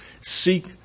seek